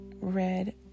red